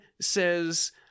says